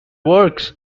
works